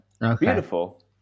Beautiful